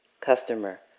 Customer